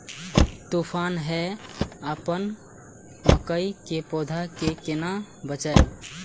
तुफान है अपन मकई के पौधा के केना बचायब?